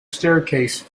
staircase